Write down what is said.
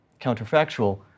counterfactual